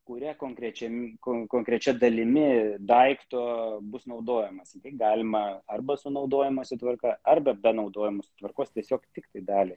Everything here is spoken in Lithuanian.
kuria konkrečiam konkrečia dalimi daikto bus naudojamasi tik galima arba su naudojimosi tvarka arba be naudojimo tvarkos tiesiog tiktai dalį